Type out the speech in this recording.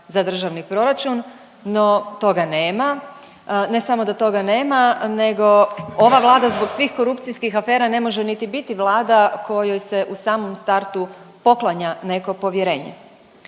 za državni proračun no toga nema. Ne samo da toga nema nego ova Vlada zbog svih korupcijskih afera ne može niti biti Vlada kojoj se u samom startu poklanja neko povjerenje.